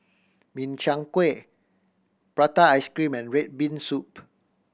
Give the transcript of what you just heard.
Min Chiang Kueh prata ice cream and red bean soup